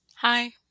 Hi